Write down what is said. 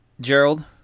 Gerald